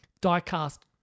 die-cast